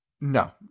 No